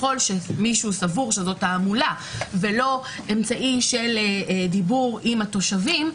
ככל שמישהו סבור שזאת תעמולה ולא אמצעי של דיבור עם התושבים,